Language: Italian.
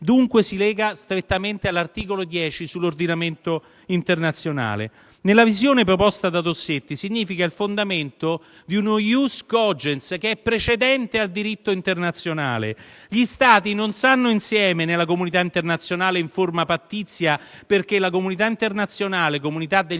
dunque si lega strettamente all'articolo 10 sull'ordinamento internazionale. Nella visione proposta da Dossetti significa il fondamento di uno *ius cogens* precedente al diritto internazionale: gli Stati non stanno insieme nella comunità internazionale in forma pattizia, perché la comunità internazionale, comunità degli